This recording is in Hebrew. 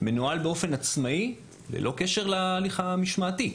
מנוהל באופן עצמאי ללא קשר להליך המשמעתי.